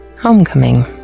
Homecoming